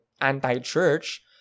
anti-church